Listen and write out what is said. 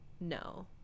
no